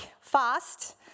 fast